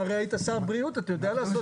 היית שר בריאות, אתה יודע לעשות